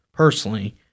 Personally